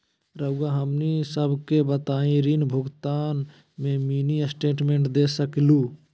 रहुआ हमनी सबके बताइं ऋण भुगतान में मिनी स्टेटमेंट दे सकेलू?